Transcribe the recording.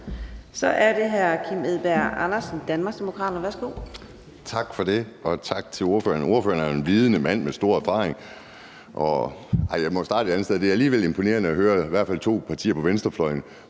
Så er det hr. Kim Edberg Andersen, Danmarksdemokraterne. Værsgo. Kl. 12:59 Kim Edberg Andersen (DD): Tak for det, og tak til ordføreren. Ordføreren er jo en vidende mand med stor erfaring. Nej, jeg må starte et andet sted. Det er alligevel imponerende at høre i hvert fald to partier på venstrefløjen